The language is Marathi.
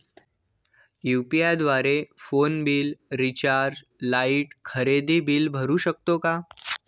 यु.पी.आय द्वारे फोन बिल, रिचार्ज, लाइट, खरेदी बिल भरू शकतो का?